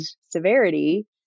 severity